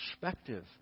perspective